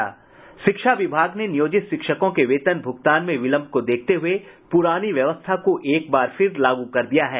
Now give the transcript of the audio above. शिक्षा विभाग ने नियोजित शिक्षकों के वेतन भूगतान में विलंब को देखते हुए पुरानी व्यवस्था को एकबार फिर लागू कर दिया है